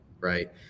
right